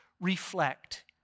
reflect